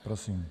Prosím.